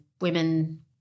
women